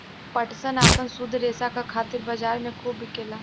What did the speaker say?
पटसन आपन शुद्ध रेसा क खातिर बजार में खूब बिकेला